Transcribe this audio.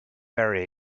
very